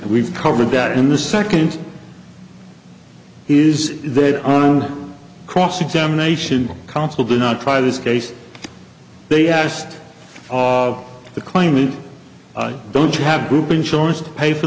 and we've covered that in the second is their own cross examination counsel do not try this case they asked the claimant don't you have group insurance to pay for